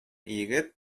егет